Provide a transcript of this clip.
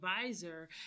advisor